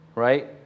right